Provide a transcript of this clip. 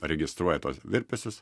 registruoja tuos virpesius